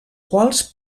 quals